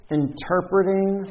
interpreting